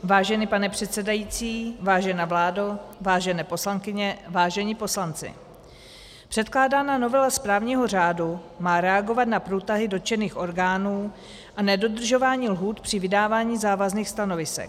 Vážený pane předsedající, vážená vládo, vážené poslankyně, vážení poslanci, předkládaná novela správního řádu má reagovat na průtahy dotčených orgánů a nedodržování lhůt při vydávání závazných stanovisek.